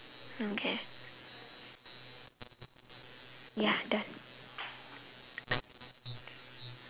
okay ya